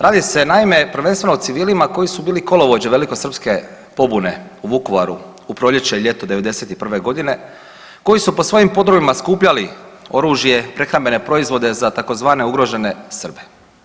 Radi se naime, prvenstveno o civilima koji su bili kolovođe velikosrpske pobune u Vukovaru u proljeće i ljeto 91. godine, koji su po svojim podrumima skupljali oružje, prehrambene proizvode za takozvane ugrožene Srbe.